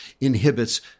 inhibits